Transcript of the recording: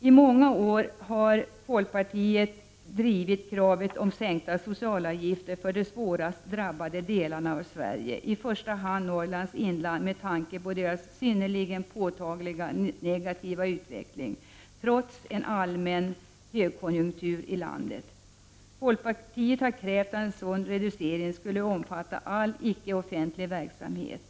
I många år har folkpartiet framfört kravet på en sänkning av socialavgifterna för de svårast drabbade delarna av Sverige, i första hand Norrlands inland med tanke på dess synnerligen påtagliga negativa utveckling trots en allmän högkonjunktur i landet. Folkpartiet har krävt att en reducering skulle omfatta all icke offentlig verksamhet.